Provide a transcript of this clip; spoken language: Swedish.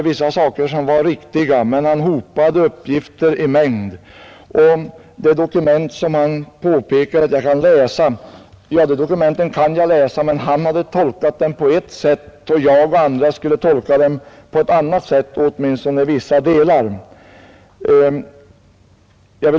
Vissa uppgifter var kanske riktiga, men han hopade dem i sådan mängd. Han talade också om dokument som jag kunde läsa. Ja, dem kan jag läsa, men han hade tolkat dem på ett sätt och jag och andra skulle tolka dem på ett annat sätt, åtminstone i vissa delar.